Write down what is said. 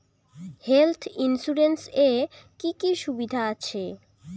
Health insurance এ কি কি সুবিধা আছে?